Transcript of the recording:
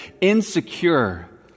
insecure